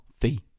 fee